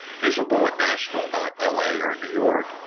miserable in nashville, not ah la or new york,